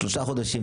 3 חודשים,